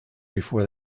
before